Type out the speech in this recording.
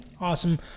Awesome